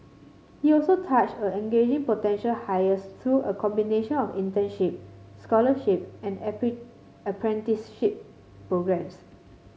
he also touched on engaging potential hires through a combination of internship scholarship and apprenticeship programmes